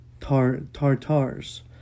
Tartars